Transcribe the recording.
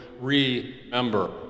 remember